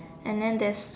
and then there's